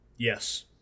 yes